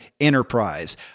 enterprise